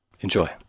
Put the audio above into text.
Enjoy